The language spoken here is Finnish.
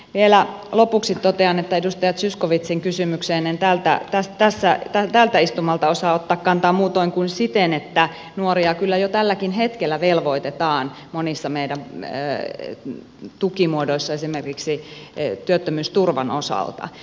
vielä lopuksi totean että edustaja zyskowiczin kysymykseen en tältä istumalta osaa ottaa kantaa muutoin kuin siten että nuoria kyllä jo tälläkin hetkellä velvoitetaan monissa meidän tukimuodoissa esimerkiksi työttömyysturvan osalta